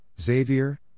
Xavier